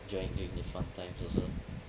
join during fun times also